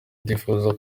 ndifuza